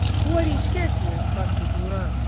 kuo ryškesnė ta figūra